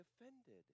offended